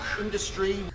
industry